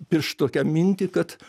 piršt tokią mintį kad